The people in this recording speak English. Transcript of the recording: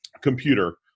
computer